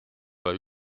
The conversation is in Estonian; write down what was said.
veel